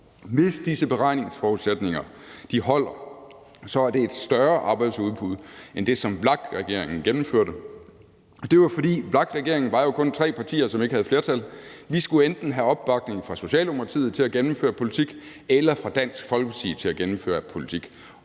Hvis disse beregningsforudsætninger holder, er det et større arbejdsudbud end det, som VLAK-regeringen indførte. Det er, fordi VLAK-regeringen jo kun var tre partier, som ikke havde flertal. Vi skulle enten have opbakning fra Socialdemokratiet til at gennemføre politik eller fra Dansk Folkeparti til at gennemføre politik.